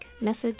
message